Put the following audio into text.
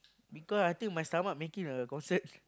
because I think my stomach making a concert